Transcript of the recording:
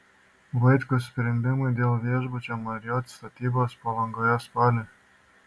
vaitkus sprendimai dėl viešbučio marriott statybos palangoje spalį